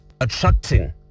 attracting